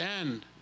end